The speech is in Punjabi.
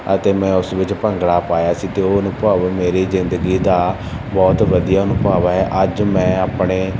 ਅਤੇ ਮੈਂ ਉਸ ਵਿੱਚ ਭੰਗੜਾ ਪਾਇਆ ਸੀ ਅਤੇ ਉਹ ਅਨੁਭਵ ਮੇਰੀ ਜ਼ਿੰਦਗੀ ਦਾ ਬਹੁਤ ਵਧੀਆ ਅਨੁਭਵ ਹੈ ਅੱਜ ਮੈਂ ਆਪਣੇ